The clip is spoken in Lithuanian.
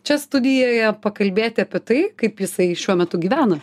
čia studijoje pakalbėti apie tai kaip jisai šiuo metu gyvena